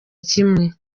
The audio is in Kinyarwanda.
kimwe